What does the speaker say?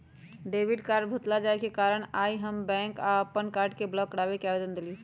debit card भुतला जाय के कारण आइ हम बैंक जा कऽ अप्पन कार्ड के ब्लॉक कराबे के आवेदन देलियइ